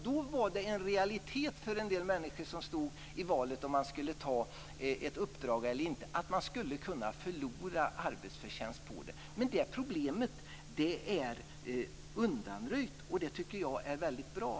Då var det en realitet för en del människor som stod inför valet att ta ett uppdrag eller inte att man skulle kunna förlora arbetsförtjänst på det. Men det problemet är undanröjt, och det tycker jag är väldigt bra.